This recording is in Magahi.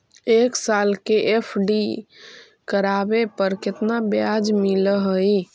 एक साल के एफ.डी करावे पर केतना ब्याज मिलऽ हइ?